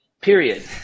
period